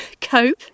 cope